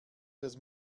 das